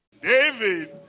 David